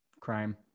crime